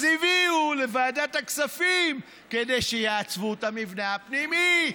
אז הביאו לוועדת הכספים כדי שיעצבו את המבנה הפנימי,